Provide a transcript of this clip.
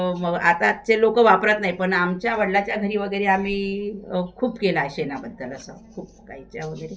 मग आताचे लोक वापरत नाही पण आमच्या वडलाच्या घरी वगैरे आम्ही खूप केला आहे शेणाबद्दल असा खूप गाईच्या वगैरे खूप